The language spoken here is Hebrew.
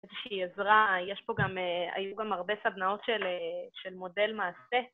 שהיא עזרה, יש פה גם, היו גם הרבה סדנאות של מודל מעשה.